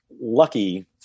lucky